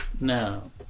now